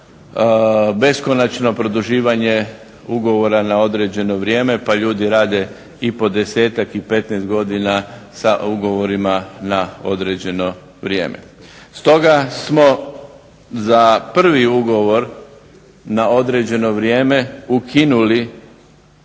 beskonačno produživanje ugovora na određeno vrijeme pa ljudi rade i po desetak i 15 godina sa ugovorima na određeno vrijeme. Stoga smo za prvi ugovor na određeno vrijeme ukinuli